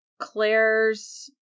Claire's